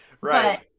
right